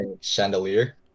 chandelier